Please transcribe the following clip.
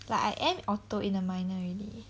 like I am auto in the minor already